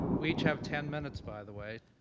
we each have ten minutes, by the way.